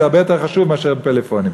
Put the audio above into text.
זה הרבה יותר חשוב מאשר הפלאפונים.